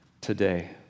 today